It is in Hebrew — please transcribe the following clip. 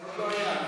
זה עוד לא היה,